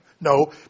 No